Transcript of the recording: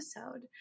episode